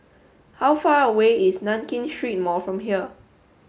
how far away is Nankin Street Mall from here